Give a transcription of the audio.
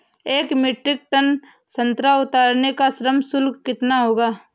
एक metric tonne संतरा उतारने का श्रम शुल्क कितना होगा?